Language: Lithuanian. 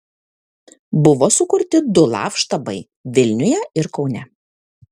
buvo sukurti du laf štabai vilniuje ir kaune